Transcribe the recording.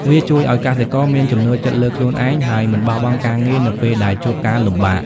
វាជួយឲ្យកសិករមានជំនឿចិត្តលើខ្លួនឯង ហើយមិនបោះបង់ការងារនៅពេលដែលជួបការលំបាក។